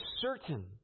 certain